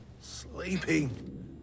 sleeping